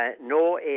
no